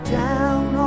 down